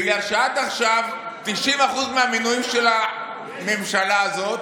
בגלל שעד עכשיו, 90% מהמינויים של הממשלה הזאת,